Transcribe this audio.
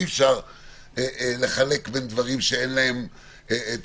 אי אפשר לחלק בין דברים שאין להם היגיון.